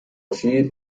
شیر